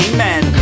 Amen